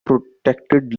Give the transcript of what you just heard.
protected